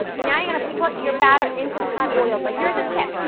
now you're gonna put your batter into the hot oil. but here's a tip.